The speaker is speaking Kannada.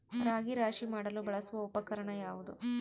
ರಾಗಿ ರಾಶಿ ಮಾಡಲು ಬಳಸುವ ಉಪಕರಣ ಯಾವುದು?